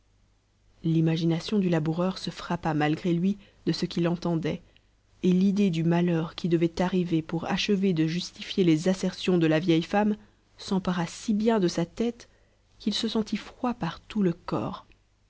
l'imagination du laboureur se frappa malgré lui de ce qu'il entendait et l'idée du malheur qui devait arriver pour achever de justifier les assertions de la vieille femme s'empara si bien de sa tête qu'il se sentit froid par tout le corps